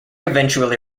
eventually